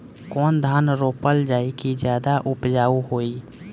कौन धान रोपल जाई कि ज्यादा उपजाव होई?